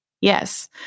Yes